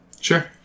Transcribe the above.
Sure